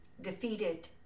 defeated